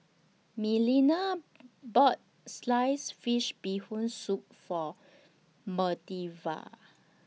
Melina bought Sliced Fish Bee Hoon Soup For